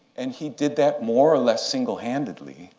and he did that more or less single-handedly